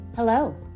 Hello